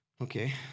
Okay